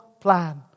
plan